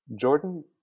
Jordan